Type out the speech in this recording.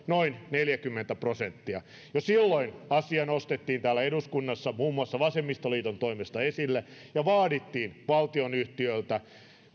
neljäkymmentä prosenttia jo silloin asia nostettiin täällä eduskunnassa muun muassa vasemmistoliiton toimesta esille ja vaadittiin valtionyhtiöltä